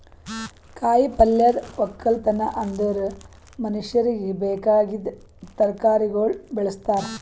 ಕಾಯಿ ಪಲ್ಯದ್ ಒಕ್ಕಲತನ ಅಂದುರ್ ಮನುಷ್ಯರಿಗಿ ಬೇಕಾಗಿದ್ ತರಕಾರಿಗೊಳ್ ಬೆಳುಸ್ತಾರ್